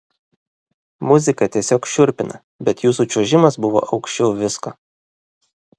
muzika tiesiog šiurpina bet jūsų čiuožimas buvo aukščiau visko